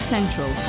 Central